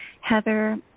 Heather